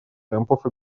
темпов